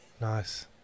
Nice